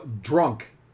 drunk